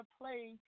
play